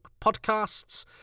Podcasts